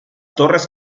torres